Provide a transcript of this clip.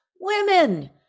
women